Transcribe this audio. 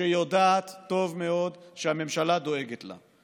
שיודעת טוב מאוד שהממשלה דואגת לה.